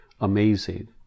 amazing